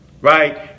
right